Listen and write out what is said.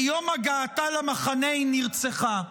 ביום הגעתה למחנה, היא נרצחה.